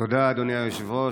תודה, אדוני היושב-ראש.